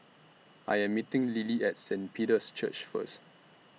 I Am meeting Lillie At Saint Peter's Church First